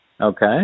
Okay